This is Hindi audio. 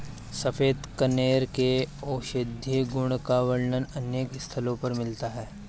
सफेद कनेर के औषधीय गुण का वर्णन अनेक स्थलों पर मिलता है